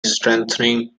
strengthening